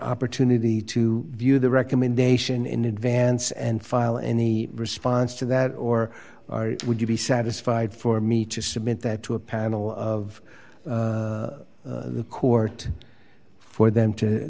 opportunity to view the recommendation in advance and file any response to that or would you be satisfied for me to submit that to a panel of the court for them to